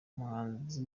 umuhanzi